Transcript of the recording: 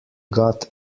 got